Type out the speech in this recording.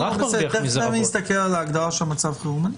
תכף נסתכל על ההגדרה של מצב חירום.